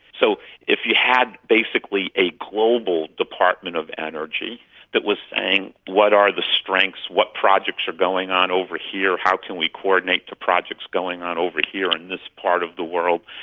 so if you had basically a global department of energy that was saying what are the strengths, what projects are going on over here, how can we coordinate the projects going on over here in this part of the world,